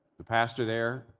the pastor there,